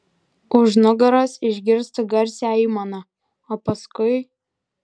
už nugaros išgirstu garsią aimaną o paskui